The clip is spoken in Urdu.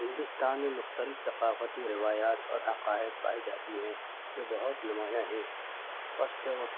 ہندوستان میں مختلف ثقافتی روایات اور عقائد پائی جاتی ہیں جو بہت نمایا ہیں فسٹ